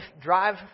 drive